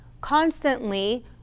constantly